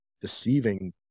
deceiving